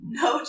no